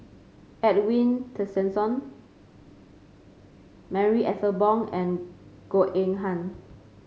Edwin Tessensohn Marie Ethel Bong and Goh Eng Han